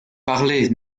parlez